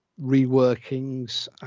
reworkings